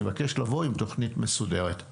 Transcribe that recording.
אני מבקש לבוא עם תוכנית מסודרת.